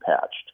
patched